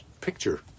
picture